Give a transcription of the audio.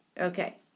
Okay